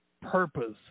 purpose